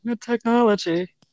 technology